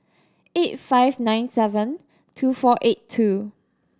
eight five nine seven two four eight two